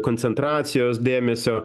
koncentracijos dėmesio